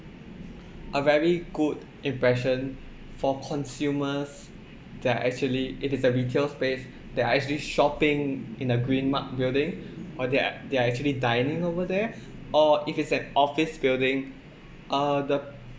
a very good impression for consumers they are actually it is a retail space they are actually shopping in a green mark building or they're they are actually dining over there or if it's an office building uh the